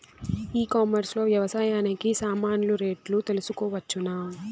ఈ కామర్స్ లో వ్యవసాయానికి సామాన్లు రేట్లు తెలుసుకోవచ్చునా?